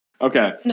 Okay